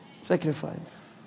Sacrifice